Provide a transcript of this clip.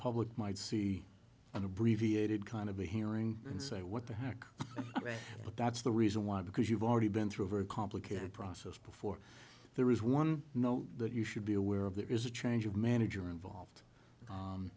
public might see an abbreviated kind of a hearing and say what the heck but that's the reason why because you've already been through a very complicated process before there is one no that you should be aware of there is a change of manager involved